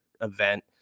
event